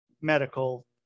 medical